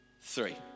three